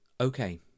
okay